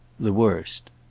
the worst.